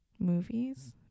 Movies